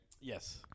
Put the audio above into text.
yes